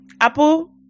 apple